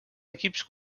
equips